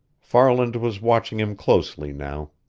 farland was watching him closely now.